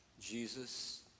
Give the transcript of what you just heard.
Jesus